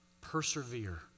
persevere